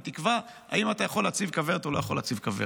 היא תקבע אם אתה יכול להציב כוורת או לא יכול להציב כוורת.